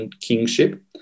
kingship